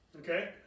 Okay